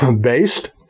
Based